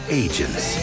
agents